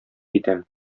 итәм